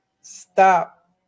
stop